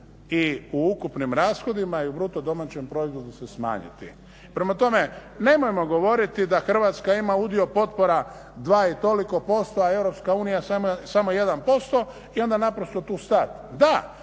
i u ukupnim rashodima i u BDP-u se smanjiti. Prema tome nemojmo govoriti da Hrvatska ima udio potpora 2 i toliko posto, a EU samo 1% i onda naprosto tu stati. Da,